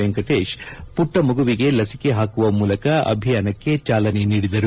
ವೆಂಕಟೇಶ್ ಅವರು ಪುಟ್ನ ಮಗುವಿಗೆ ಲಸಿಕೆ ಹಾಕುವ ಮೂಲಕ ಅಭಿಯಾನಕ್ಕೆ ಚಾಲನೆ ನೀಡಿದರು